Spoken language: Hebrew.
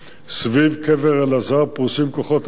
סביב קבר אלעזר פרוסים כוחות המגינים